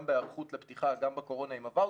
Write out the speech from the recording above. בהיערכות לפתיחה גם בקורונה עם הוואצ'רים,